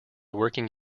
working